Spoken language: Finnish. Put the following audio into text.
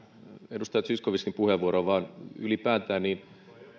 edustaja zyskowiczin puheenvuoroon vaan ylipäätään